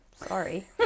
Sorry